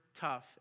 Tough